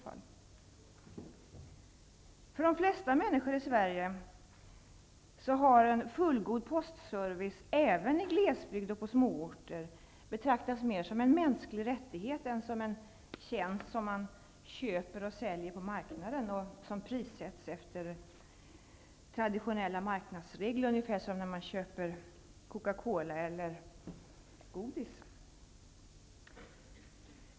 För de flesta människor i Sverige har en fullgod postservice även i glesbygd och på småorter betraktats mer som en mänsklig rättighet än som en tjänst som man köper och säljer på marknaden, som prissätts efter traditionella marknadsregler, ungefär som när man köper cocacola eller godis.